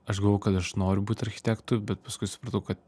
aš galvojau kad aš noriu būt architektu bet paskui supratau kad